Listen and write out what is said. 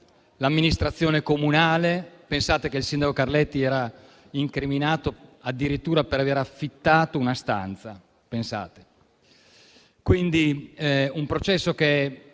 l'amministrazione comunale. Pensate che il sindaco Carletti era incriminato addirittura per aver affittato una stanza.